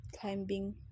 climbing